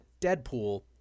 Deadpool